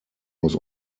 muss